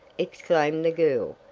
exclaimed the girl,